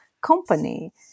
company